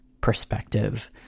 perspective